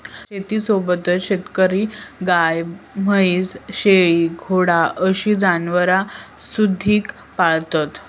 शेतीसोबतच शेतकरी गाय, म्हैस, शेळी, घोडा अशी जनावरांसुधिक पाळतत